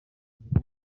mubiri